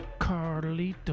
Carlito